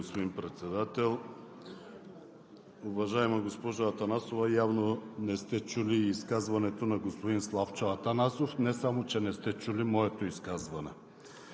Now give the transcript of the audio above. господин Председател. Уважаема госпожо Атанасова, явно не сте чули изказването на господин Славчо Атанасов, не само че не сте чули моето изказване.